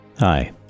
Hi